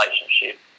relationship